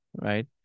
right